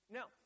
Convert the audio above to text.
Now